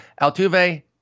Altuve